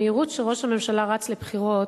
המהירות שבה ראש הממשלה רץ לבחירות,